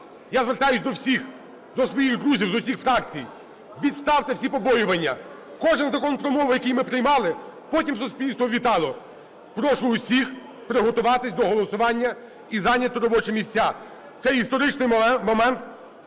Я звертаюсь до всіх, до своїх друзів, до всіх фракцій: відставте всі побоювання, кожен Закон про мову, який ми приймали, потім суспільство вітало. Прошу всіх приготуватись до голосування і зайняти робочі місця. У цей історичний момент